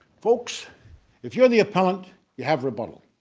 folks if you're the appellant you have rebuttal.